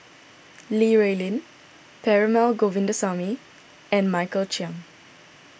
Li Rulin Perumal Govindaswamy and Michael Chiang